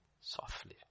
Softly